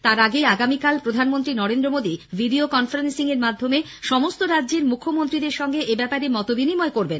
তার আগে আগামীকাল প্রধানমন্ত্রী নরেন্দ্র মোদী ভিডিও কনফারেন্সিং এর মাধ্যমে সমস্ত রাজ্যের মুখ্যমন্ত্রীদের সঙ্গে এব্যাপারে মত বিনিময় করবেন